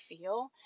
feel